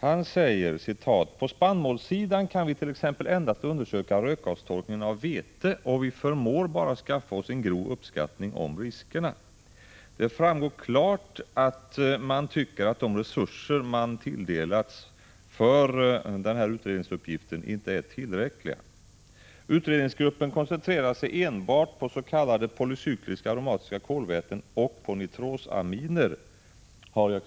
Han säger: ”På spannmålssidan kan vi t.ex. endast undersöka rökgastorkningen av vete, och vi förmår bara skaffa oss en grov uppskattning av riskerna.” Det framgår klart att man tycker att de resurser man tilldelats för denna utredningsuppgift inte är tillräckliga. Utredningsgruppen koncentrerar sig enbart på s.k. polycykliska aromatiska kolväten och på nitrosaminer.